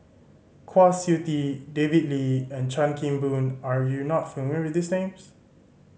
Kwa Siew Tee David Lee and Chan Kim Boon are you not familiar with these names